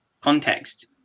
context